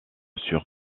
sur